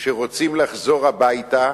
שרוצים לחזור הביתה,